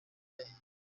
byinshi